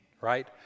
right